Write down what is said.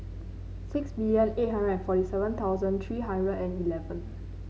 six million eight hundred forty seven thousand three hundred and eleven